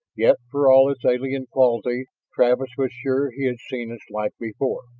yet for all its alien quality travis was sure he had seen its like before.